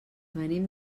venim